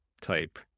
type